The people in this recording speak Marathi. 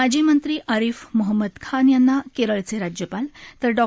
माजी मंत्री आरिफ मोहम्मद खान यांना केरळचे राज्यपाल तर डॉ